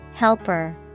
Helper